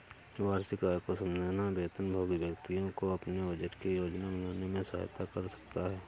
वार्षिक आय को समझना वेतनभोगी व्यक्तियों को अपने बजट की योजना बनाने में सहायता कर सकता है